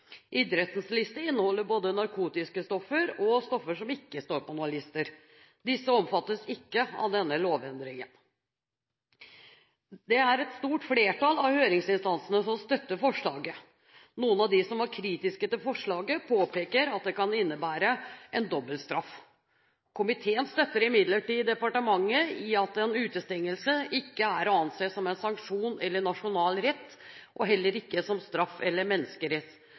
Idrettens liste inneholder både narkotiske stoffer og stoffer som ikke står på noen lister. Disse omfattes ikke av denne lovendringen. Det er et stort flertall av høringsinstansene som støtter forslaget. Noen av dem som var kritiske til forslaget, påpeker at det kan innebære en dobbeltstraff. Komiteen støtter imidlertid departementet i at en utestengelse ikke er å anse som en sanksjon etter nasjonal rett og heller ikke som straff